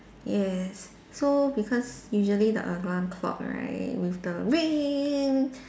yes so because usually the alarm clock right with the ring